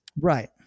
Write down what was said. right